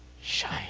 shine